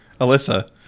Alyssa